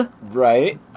Right